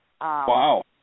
Wow